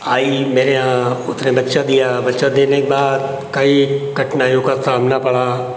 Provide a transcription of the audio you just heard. आई मेरे यहाँ उसने बच्चा दिया बच्चा देने के बाद कई कठिनाइयों का सामना पड़ा